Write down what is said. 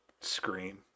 Scream